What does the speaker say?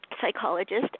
psychologist